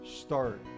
start